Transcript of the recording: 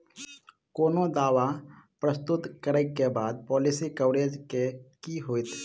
कोनो दावा प्रस्तुत करै केँ बाद पॉलिसी कवरेज केँ की होइत?